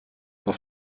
pour